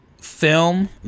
film